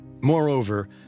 Moreover